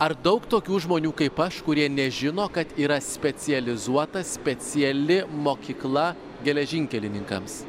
daug tokių žmonių kaip aš kurie nežino kad yra specializuota speciali mokykla geležinkelininkams